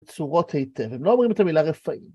צורות היטב, הם לא אומרים את המילה רפאים.